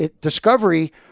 Discovery